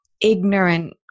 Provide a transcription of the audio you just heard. ignorant